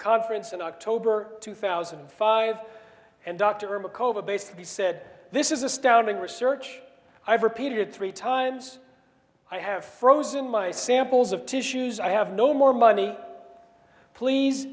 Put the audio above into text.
conference in october two thousand and five and dr ermac over basically said this is astounding research i've repeated three times i have frozen my samples of tissues i have no more money please